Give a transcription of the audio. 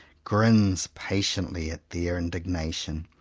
grins patiently at their indignation,